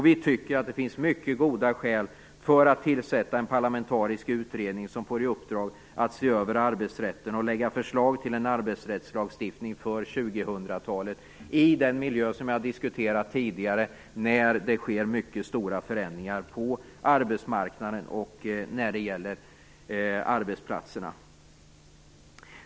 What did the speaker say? Vi tycker att det finns mycket goda skäl att tillsätta en parlamentarisk utredning som får i uppdrag att se över arbetsrätten och lägga fram förslag till en arbetsrättslagstiftning för 2000-talet i den miljö som jag tidigare har diskuterat med mycket stora förändringar på arbetsmarknaden och arbetsplatserna.